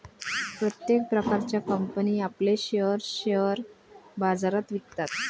प्रत्येक प्रकारच्या कंपनी आपले शेअर्स शेअर बाजारात विकतात